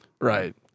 Right